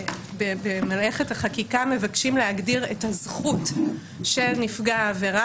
במלאכת החקיקה מבקשים להגדיר את הזכות של נפגע העבירה,